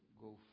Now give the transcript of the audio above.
go